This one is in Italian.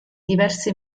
diverse